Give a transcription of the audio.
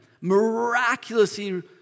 miraculously